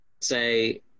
say